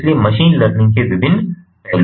इसलिए machine learning के विभिन्न पहलू हैं